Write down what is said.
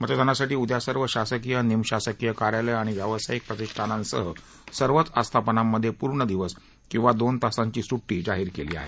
मतदानासाठी उद्या सर्व शासकीय निमशासकीय कार्यालयं आणि व्यावसायिक प्रतिष्ठानांसह सर्वच आस्थापनांमध्ये पूर्ण दिवस किंवा दोन तासांची सुटी जाहीर केली आहे